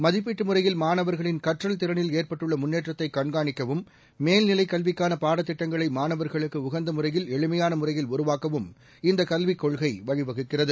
மதிப்பீட்டு முறையில் மாணவர்களின் கற்றல் திறனில் ஏற்பட்டுள்ள முன்னேற்றத்தை கண்காணிக்கவும் மேல்நிலை கல்விக்கான பாடத்திட்டங்களை மானவர்களுக்கு உகந்த முறையில் எளிமையான முறையில் உருவாக்கவும் இந்த கல்விக் கொள்கை வழிவகுக்கிறது